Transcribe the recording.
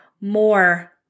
more